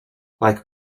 like